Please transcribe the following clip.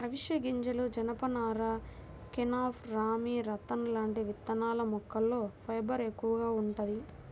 అవిశె గింజలు, జనపనార, కెనాఫ్, రామీ, రతన్ లాంటి విత్తనాల మొక్కల్లో ఫైబర్ ఎక్కువగా వుంటది